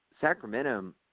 Sacramento